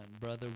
brother